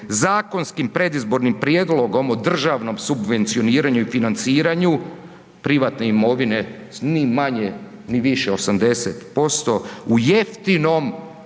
Zakonskim predizbornim prijedlogom o državnom subvencioniranju i financiranju privatne imovine ni manje ni više 80% u jeftinom